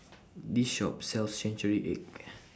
This Shop sells Century Egg